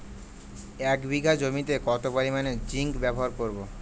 এক বিঘা জমিতে কত পরিমান জিংক ব্যবহার করব?